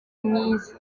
mwiza